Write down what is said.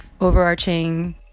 overarching